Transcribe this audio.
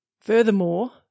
Furthermore